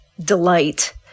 delight